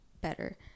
better